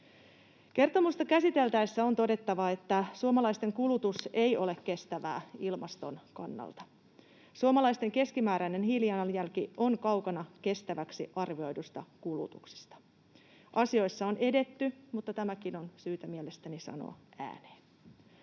Kertomusta käsiteltäessä on todettava, että suomalaisten kulutus ei ole kestävää ilmaston kannalta. Suomalaisten keskimääräinen hiilijalanjälki on kaukana kestäväksi arvioidusta kulutuksesta. Asioissa on edetty, mutta tämäkin on syytä mielestäni sanoa ääneen.